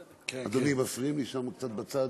אדוני, מפריעים לי שם בצד.